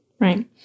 Right